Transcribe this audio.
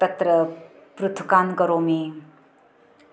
तत्र पृथुकान् करोमि